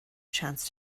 chance